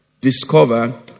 Discover